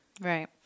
Right